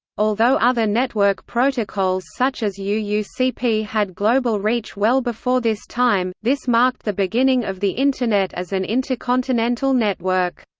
although other network protocols such as yeah uucp had global reach well before this time, this marked the beginning of the internet as an intercontinental network.